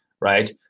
right